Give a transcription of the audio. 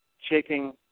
Shaking